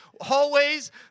hallways